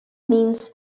means